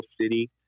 city